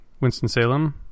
winston-salem